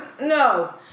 No